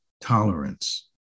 tolerance